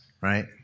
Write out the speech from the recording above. right